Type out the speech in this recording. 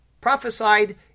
Prophesied